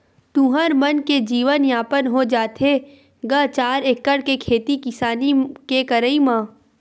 तुँहर मन के जीवन यापन हो जाथे गा चार एकड़ के खेती किसानी के करई म?